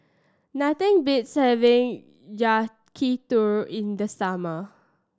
nothing beats having Yakitori in the summer